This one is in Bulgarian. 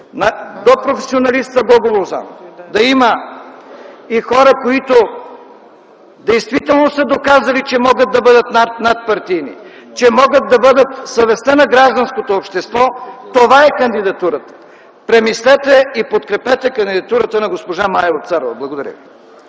до професионалиста Гого Лозанов да има и хора, които действително са доказали, че могат да бъдат над, надпартийни, че могат да бъдат съвестта на гражданското общество, това е кандидатурата. Премислете и подкрепете кандидатурата на госпожа Мая Вапцарова. Благодаря